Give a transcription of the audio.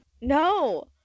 no